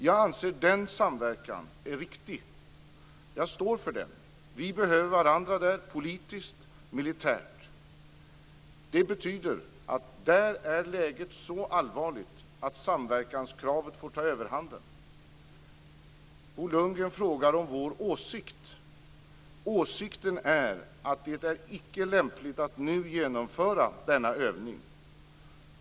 Jag anser att den samverkan är riktig. Jag står för den. Vi behöver varandra där - politiskt och militärt. Detta betyder att läget där är så allvarligt att samverkanskravet får ta överhanden. Bo Lundgren frågar om vår åsikt. Åsikten är att det icke är lämpligt att nu genomföra denna övning.